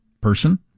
person